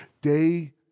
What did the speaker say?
day